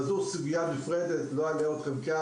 אבל זו סוגיה נפרדת ואני לא אלה אתכם בזה,